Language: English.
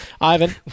Ivan